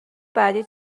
بعدی